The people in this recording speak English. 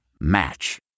Match